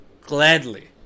gladly